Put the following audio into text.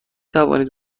توانید